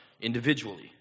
individually